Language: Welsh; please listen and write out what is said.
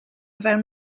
fewn